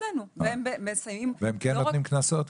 והם כן נותנים קנסות?